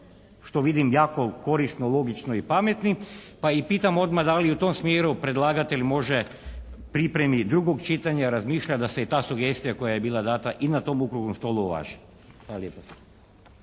što vidim jako korisno, logično i pametnim pa i pitam odmah da li i u tom smjeru predlagatelj može pripremi drugog čitanja razmišlja da se i ta sugestija koja je bila dana i na tom Okruglom stolu uvaži. Hvala lijepa.